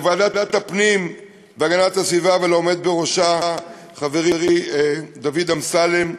לוועדת הפנים והגנת הסביבה ולעומד בראשה חברי דוד אמסלם,